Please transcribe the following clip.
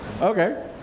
Okay